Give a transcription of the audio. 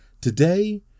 Today